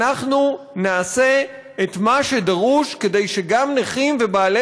אנחנו נעשה את מה שדרוש כדי שגם נכים ואנשים